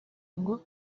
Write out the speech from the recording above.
ngo